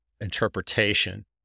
interpretation